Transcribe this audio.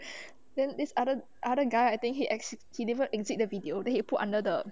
then this other other guy I think he exi~ he didn't exit the video then he put under the